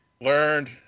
learned